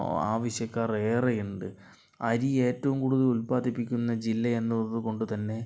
ആവിശ്യക്കാർ ഏറെ ഉണ്ട് അരി ഏറ്റവും കൂടുതൽ ഉൽപാദിപ്പിക്കുന്ന ജില്ല എന്നതു കൊണ്ടു തന്നെ